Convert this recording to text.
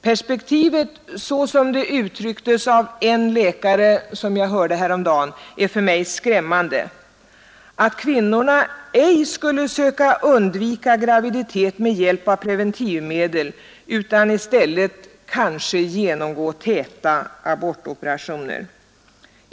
Perspektivet — så som det uttrycktes av en läkare som jag hörde häromdagen — att kvinnorna ej skulle söka undvika graviditet med hjälp av preventivmedel, utan i stället kanske genomgå täta abortoperationer, är för mig skrämmande.